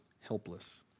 helpless